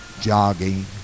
jogging